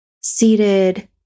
seated